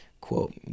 quote